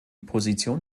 position